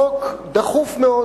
חוק דחוף מאוד.